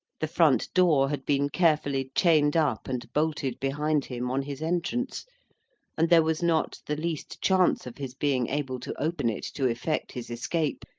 the front-door had been carefully chained up and bolted behind him on his entrance and there was not the least chance of his being able to open it to effect his escape,